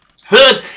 Third